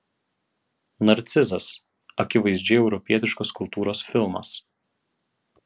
narcizas akivaizdžiai europietiškos kultūros filmas